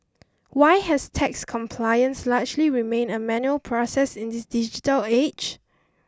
why has tax compliance largely remained a manual process in this digital age